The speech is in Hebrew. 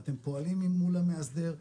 אתם פועלים מול המאסדר,